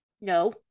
No